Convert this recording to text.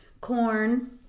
corn